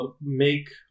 make